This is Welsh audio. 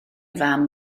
fam